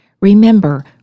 Remember